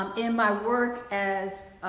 um in my work as